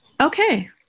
okay